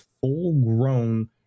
full-grown